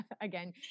Again